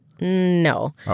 No